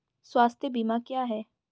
स्वास्थ्य बीमा क्या है?